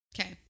Okay